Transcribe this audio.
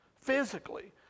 physically